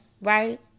right